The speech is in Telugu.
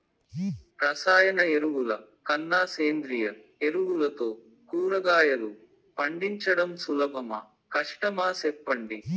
రసాయన ఎరువుల కన్నా సేంద్రియ ఎరువులతో కూరగాయలు పండించడం సులభమా కష్టమా సెప్పండి